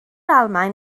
almaen